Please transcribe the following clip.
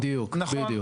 נכון.